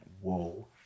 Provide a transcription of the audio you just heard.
whoa